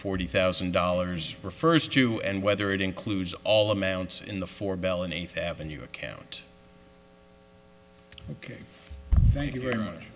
forty thousand dollars refers to and whether it includes all amounts in the four belen eighth avenue account ok thank you very much